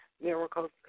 miracles